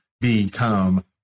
become